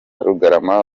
rugarama